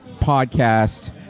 podcast